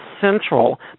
central